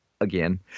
again